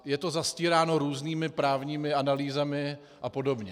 Je to zastíráno různými právními analýzami a podobně.